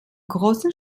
großen